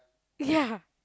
ya